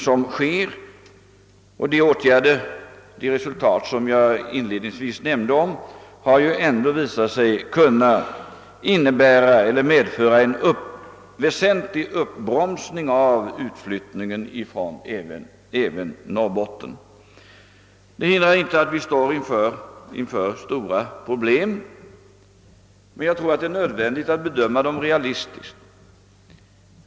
Detta strävar vi efter att göra, och de resultat som jag inledningsvis nämnde har visat sig medföra en väsentlig uppbromsning av utflyttningen även från Norrbotten. Detta, hindrar inte att vi möter stora problem. Jag tror emellertid att det är nödvändigt att bedöma dem realistiskt.